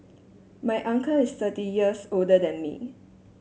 my uncle is thirty years older than me